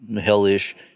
hellish